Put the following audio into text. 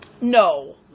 no